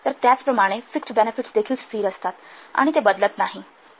तर त्याचप्रमाणे fixed benefits देखील स्थिर असतात आणि ते बदलत नाहीत